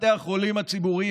בתי החולים הציבוריים,